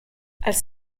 als